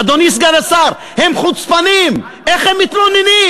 אדוני סגן השר, הם חוצפנים, איך הם מתלוננים?